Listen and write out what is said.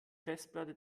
festplatte